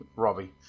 Robbie